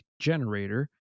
generator